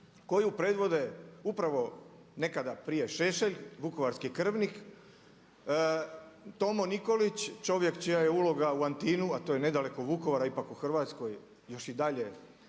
koju predvode upravo nekada prije Šešelj vukovarski krvnik, Tomo Nikolić čovjek čija je uloga u Antinu, a to je nedaleko od Vukovara ipak u Hrvatskoj još i dalje